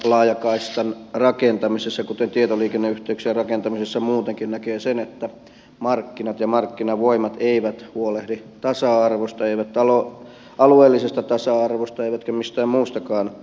laajakaistan rakentamisessa kuten tietoliikenneyhteyksien rakentamisessa muutenkin näkee sen että markkinat ja markkinavoimat eivät huolehdi tasa arvosta eivät alueellisesta tasa arvosta eivätkä mistään muustakaan tasa arvosta